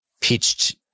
pitched